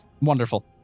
Wonderful